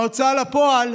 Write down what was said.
מההוצאה לפועל